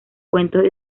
cuentos